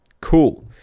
cool